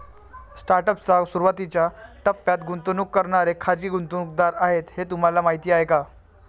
Startup च्या सुरुवातीच्या टप्प्यात गुंतवणूक करणारे खाजगी गुंतवणूकदार आहेत हे तुम्हाला माहीत आहे का?